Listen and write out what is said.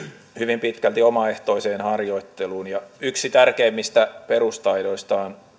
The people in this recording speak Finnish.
hyvin pitkälti omaehtoiseen harjoitteluun ja yksi tärkeimmistä perustaidoista on